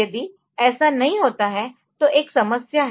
यदि ऐसा नहीं होता है तो एक समस्या है